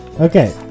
Okay